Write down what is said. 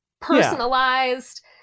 personalized